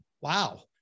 Wow